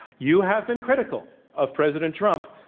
you have been critical of president trump,